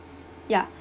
ya